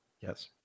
Yes